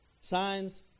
signs